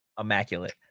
immaculate